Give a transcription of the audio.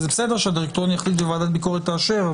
זה בסדר שהדירקטוריון יחליט וועדת ביקורת תאשר,